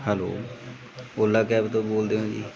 hello Ola cab ਤੋਂ ਬੋਲਦੇ ਹੋ ਜੀ